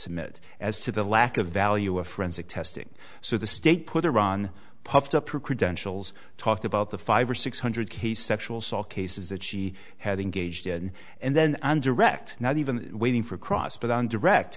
submit as to the lack of the you a forensic testing so the state put iran puffed up her credentials talked about the five or six hundred case sexual assault cases that she had engaged in and then and direct not even waiting for cross but on direct